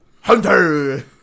Hunter